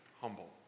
humble